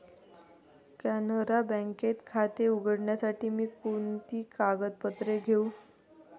कॅनरा बँकेत खाते उघडण्यासाठी मी कोणती कागदपत्रे घेऊ?